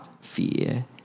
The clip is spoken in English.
fear